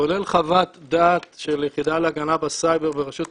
כולל חוות דעת של היחידה להגנה בסייבר ברשות התקשוב,